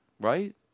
right